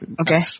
Okay